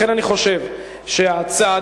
לכן אני חושב שהצעדה,